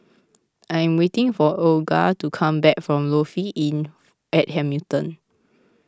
I am waiting for Olga to come back from Lofi Inn at Hamilton